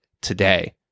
today